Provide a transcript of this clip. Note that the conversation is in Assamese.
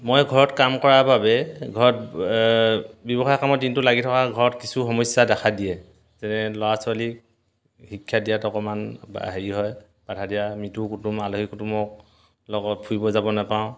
মই ঘৰত কাম কৰাৰ বাবে ঘৰত ব্যৱসায়ৰ কামত দিনটো লাগি থকা ঘৰত কিছু সমস্যাই দেখা দিয়ে যেনে ল'ৰা ছোৱালীক শিক্ষা দিয়াত অকণমান হেৰি হয় বাধা দিয়া মিতিৰ কুটুম আলহী কুটুমক লগত ফুৰিব যাব নাপাওঁ